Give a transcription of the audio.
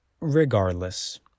regardless